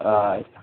आं